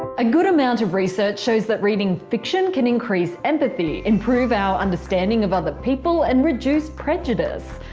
a good amount of research shows that reading fiction can increase empathy, improve our understanding of other people and reduce prejudice.